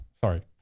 Sorry